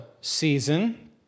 season